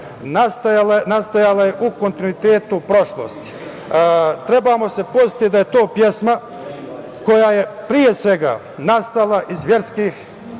nastajala je u kontinuitetu prošlosti. Trebamo se podsetiti da je to pesma koja je pre svega nastala iz verskih